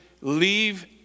leave